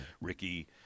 Ricky